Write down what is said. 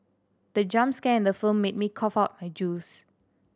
the jump scare in the film made me cough out my juice